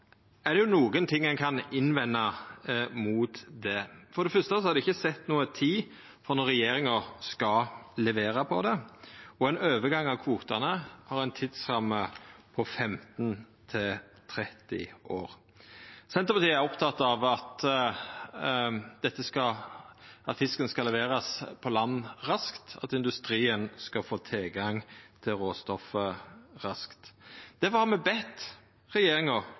er det nokre ting ein kan innvenda mot det. For det første er det ikkje sett noka tid for når regjeringa skal levera på det, og ein overgang av kvotane har ei tidsramme på 15–30 år. Senterpartiet er oppteke av at fisken skal leverast på land raskt, og at industrien skal få tilgang til råstoffet raskt. Difor har me bedt regjeringa